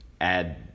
add